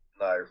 No